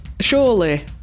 Surely